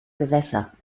gewässer